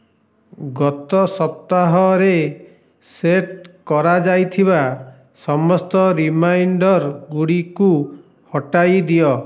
ଗତ ସପ୍ତାହରେ ସେଟ୍ କରାଯାଇଥିବା ସମସ୍ତ ରିମାଇଣ୍ଡର୍ ଗୁଡ଼ିକୁ ହଟାଇ ଦିଅ